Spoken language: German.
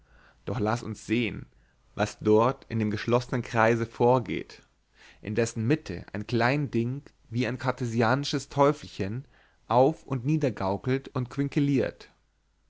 doch laß uns sehen was dort in dem geschlossenen kreise vorgeht in dessen mitte ein klein ding wie ein kartesianisches teufelchen auf und niedergaukelt und